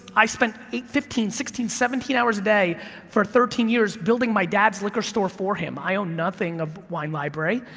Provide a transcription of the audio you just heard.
i spent eight, fifteen, sixteen, seventeen hours a day for thirteen years, building my dad's liquor store for him, i own nothing of wine library,